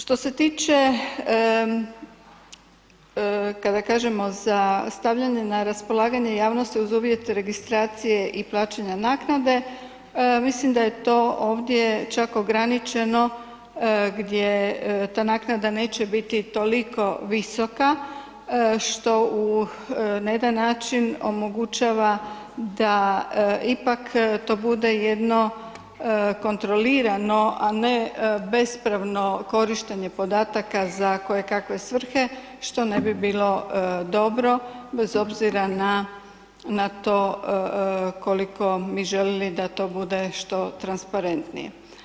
Što se tiče, kada kažemo za stavljanje na raspolaganje javnosti uz uvjet registracije i plaćanja naknade, mislim da je to ovdje čak ograničeno gdje ta naknada neće biti toliko visoka, što u na jedan način omogućava da ipak to bude jedno kontrolirano, a ne bespravno korištenje podataka za koje kakve svrhe što ne bi bilo dobro, bez obzira na to koliko mi želili da to bude što transparentnije.